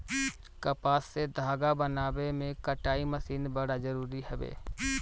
कपास से धागा बनावे में कताई मशीन बड़ा जरूरी हवे